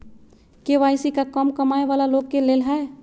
KYC का कम कमाये वाला लोग के लेल है?